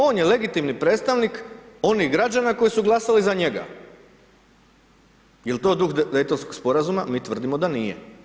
On je legitimni predstavnik onih građana koji su glasali za njega, jel to duh Dejtonskog sporazuma, mi tvrdimo da nije.